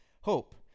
hope